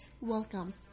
welcome